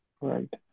Right